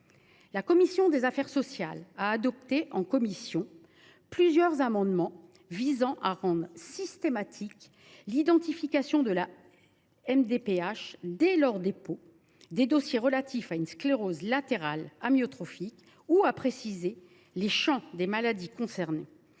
La commission des affaires sociales a adopté en commission plusieurs amendements visant notamment à rendre systématique l’identification par les MDPH, dès leur dépôt, des dossiers relatifs à une sclérose latérale amyotrophique ou à préciser les champs des maladies concernées.